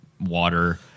water